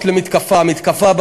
אנחנו נעצור אתכם.